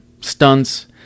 stunts